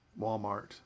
Walmart